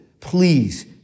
please